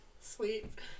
sleep